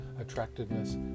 attractiveness